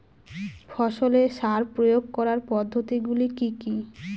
ফসলে সার প্রয়োগ করার পদ্ধতি গুলি কি কী?